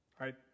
right